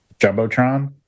Jumbotron